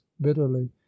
bitterly